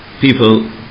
people